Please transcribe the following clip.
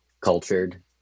cultured